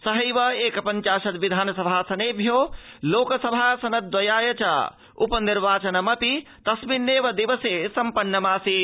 सहैव एकप चाशत् विधानसभासनेभ्य लोकसभासन द्वयाय उपनिर्वाचनमपि तस्मिन्नेव दिने सम्पादितमासीत्